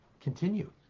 continue